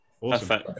Awesome